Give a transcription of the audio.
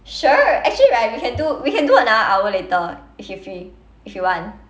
sure actually right we can do we can do another hour later if you free if you want